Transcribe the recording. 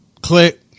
click